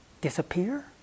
disappear